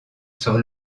sur